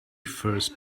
first